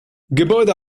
gebäude